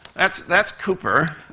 that's that's cooper.